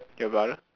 your brother